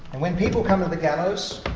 when people come to the gallows,